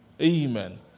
Amen